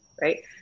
right